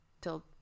till